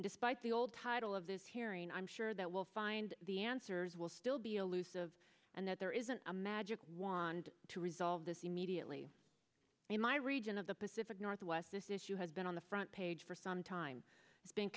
despite the old title of this hearing i'm sure that we'll find the answers will still be elusive and that there isn't a magic wand to resolve this immediately and my region of the pacific northwest this issue has been on the front page for some time it's been